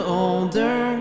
older